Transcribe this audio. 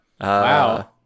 Wow